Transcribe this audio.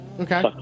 okay